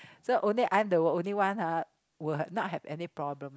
so only I am the only one !huh! would not have any problem